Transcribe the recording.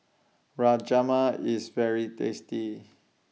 Rajma IS very tasty